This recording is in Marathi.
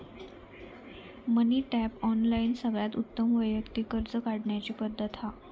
मनी टैप, ऑनलाइन सगळ्यात उत्तम व्यक्तिगत कर्ज काढण्याची पद्धत हा